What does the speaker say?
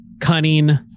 cunning